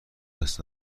دست